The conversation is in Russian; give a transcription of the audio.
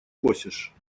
косишь